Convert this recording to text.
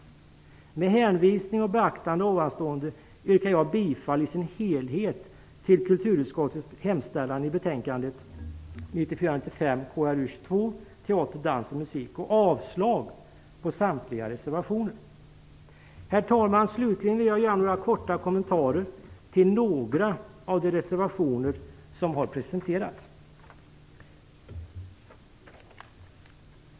Med hänvisning till och beaktande av detta yrkar jag bifall till kulturutskottets hemställan i betänkande Herr talman! Slutligen vill jag kort kommentera några av de reservationer som har presenterats.